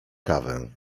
kawę